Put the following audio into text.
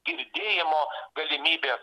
girdėjimo galimybė